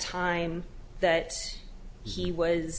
time that he was